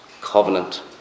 covenant